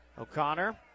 O'Connor